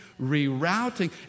rerouting